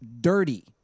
dirty